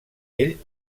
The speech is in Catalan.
ell